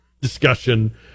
discussion